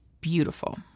beautiful